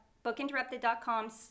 bookinterrupted.com